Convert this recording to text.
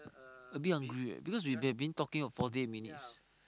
a bit hungry eh because we have been talking for forty minutes